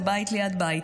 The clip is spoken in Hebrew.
בית ליד בית.